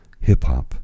hip-hop